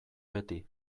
beti